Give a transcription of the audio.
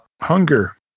hunger